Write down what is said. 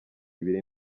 ibiri